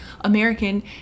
american